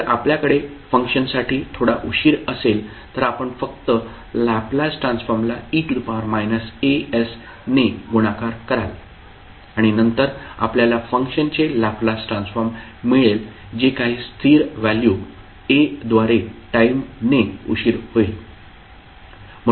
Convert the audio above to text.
जर आपल्याकडे फंक्शनसाठी थोडा उशीर असेल तर आपण फक्त लॅपलास ट्रान्सफॉर्म ला e as ने गुणाकार कराल आणि नंतर आपल्याला फंक्शनचे लॅपलास ट्रान्सफॉर्म मिळेल जे काही स्थिर व्हॅल्यू a द्वारे टाईम ने उशीर होईल